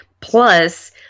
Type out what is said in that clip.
plus